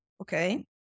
okay